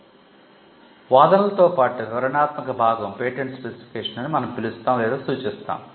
కాబట్టి వాదనలతో పాటు వివరణాత్మక భాగం పేటెంట్ స్పెసిఫికేషన్ అని మనం పిలుస్తాము లేదా సూచిస్తాము